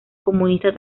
comunista